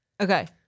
Okay